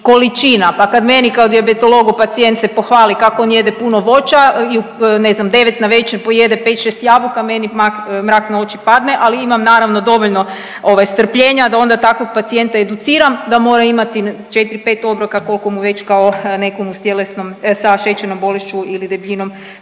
količina. Pa kad meni kao dijabetologu pacijent se pohvali kako on jede puno voća ne znam devet navečer pojede pet, šest jabuka meni mrak na oči padne, ali imam naravno dovoljno strpljenja da onda takvog pacijenta educiram da mora imati četri, pet obroka koliko mu već kao nekomu s tjelesnom sa šećernom bolešću ili debljinom